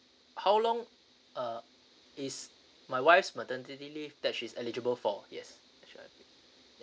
how long uh is my wife's maternity leave that she's eligible for yes sure